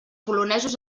polonesos